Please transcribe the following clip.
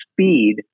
speed